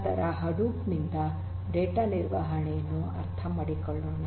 ನಂತರ ಹಡೂಪ್ ನಿಂದ ಡೇಟಾ ನಿರ್ವಹಣೆಯನ್ನು ಅರ್ಥ ಮಾಡಿಕೊಳ್ಳೋಣ